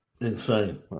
Insane